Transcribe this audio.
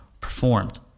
performed